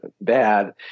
bad